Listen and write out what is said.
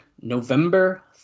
November